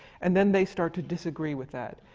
and then they start to disagree with that.